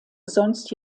sonst